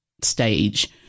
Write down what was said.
stage